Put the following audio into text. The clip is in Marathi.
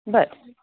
बरं